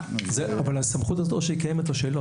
אבל הסמכות הזאת או שהיא קיימת או שלא.